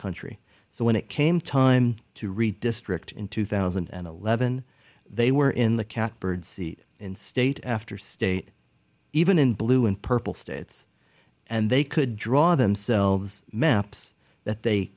country so when it came time to redistrict in two thousand and eleven they were in the catbird seat in state after state even in blue and purple states and they could draw themselves maps that they